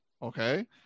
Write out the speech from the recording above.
Okay